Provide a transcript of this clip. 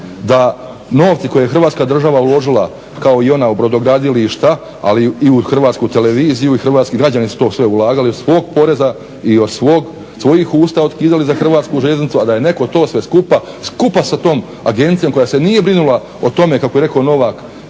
da novci koje je Hrvatska država uložila kao i ona u brodogradilišta ali i u Hrvatsku televiziju, građani su to sve ulagali iz svog poreza i od svojih usta otkidali za Hrvatsku željeznicu, a da je netko to sve skupa, skupa sa tom agencijom koja se nije brinula o tome kako je rekao Novak